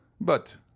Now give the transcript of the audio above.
But